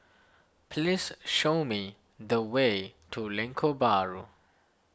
please show me the way to Lengkok Bahru